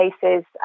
cases